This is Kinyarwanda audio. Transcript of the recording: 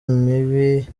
mibi